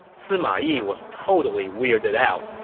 sima yi was totally weirded out,